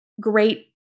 great